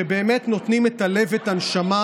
שבאמת נותנים את הלב ואת הנשמה